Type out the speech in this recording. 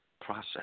process